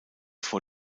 vor